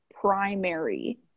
primary